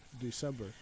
December